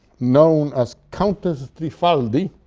known as countess trifaldi